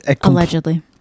Allegedly